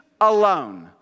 alone